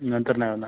नंतर नाही होणार